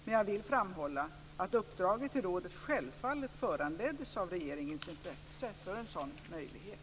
Men jag vill framhålla att uppdraget till rådet självfallet föranleddes av regeringens intresse för en sådan möjlighet.